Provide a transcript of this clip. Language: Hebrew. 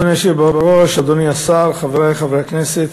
אדוני היושב בראש, אדוני השר, חברי חברי הכנסת,